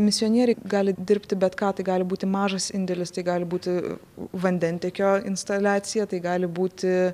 misionieriai gali dirbti bet ką tai gali būti mažas indėlis tai gali būti vandentiekio instaliacija tai gali būti